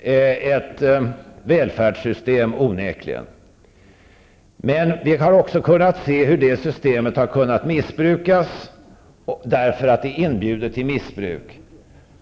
ett välfärdssystem. Men vi har också kunnat se hur det här systemet missbrukats, just därför att det inbjuder till missbruk.